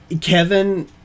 Kevin